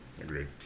Agreed